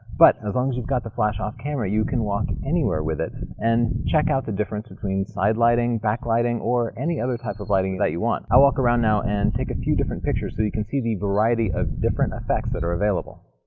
but as long as you've got the flash off camera you can walk anywhere with it and check out the difference between side lighting, back lighting, or any other type of lighting that you want. i'll walk around now and take a few different pictures so you can see the variety of different effects that are available.